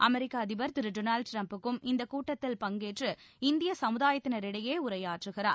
அமெரிக்க அதிபர் திரு டொனால்ட் ட்ரம்ப்பும் இந்தக் கூட்டத்தில் பங்கேற்று இந்திய சமுதாயத்தினரிடையே உரையாற்றுகிறார்